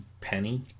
penny